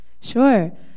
Sure